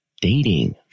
dating